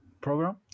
program